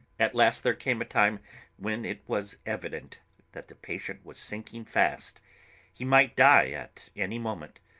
at last there came a time when it was evident that the patient was sinking fast he might die at any moment.